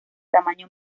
tamaño